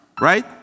Right